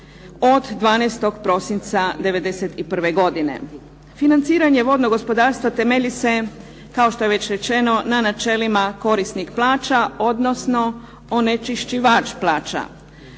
od 12. prosinca 91. godine. Financiranje vodnog gospodarstva temelji se na načelima korisnik plaća odnosno onečišćivač plaća